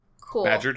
cool